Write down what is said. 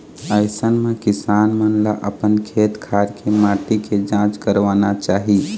अइसन म किसान मन ल अपन खेत खार के माटी के जांच करवाना चाही